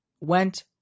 went